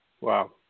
Wow